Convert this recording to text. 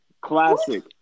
Classic